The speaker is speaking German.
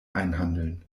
einhandeln